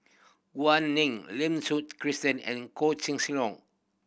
Gao Ning Lim Suchen Christine and Koh Leong